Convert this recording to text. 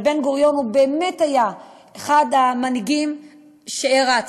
אבל בן-גוריון באמת היה אחד המנהיגים שהערצתי,